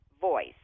voice